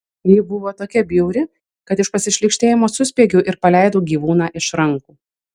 ji buvo tokia bjauri kad iš pasišlykštėjimo suspiegiau ir paleidau gyvūną iš rankų